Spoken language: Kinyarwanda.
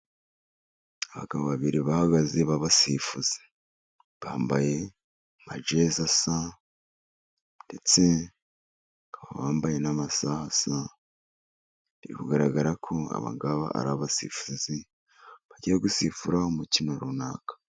Abagabo babiri bahagaze b'abasifuzi, bambaye amajezi asa, ndetse bakaba bambaye n'amasaha asa, biri kugaragara ko aba ngaba ari abasifuzi, bagiye gusifura umukino runaka.